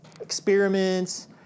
experiments